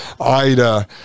Ida